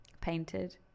Painted